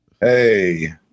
Hey